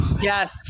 Yes